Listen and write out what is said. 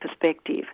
perspective